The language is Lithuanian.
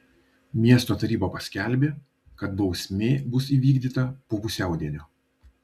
miesto taryba paskelbė kad bausmė bus įvykdyta po pusiaudienio